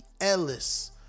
ellis